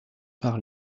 par